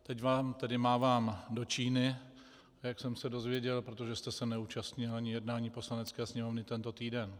Teď vám tedy mávám do Číny, jak jsem se dozvěděl, protože jste se neúčastnil ani jednání Poslanecké sněmovny tento týden.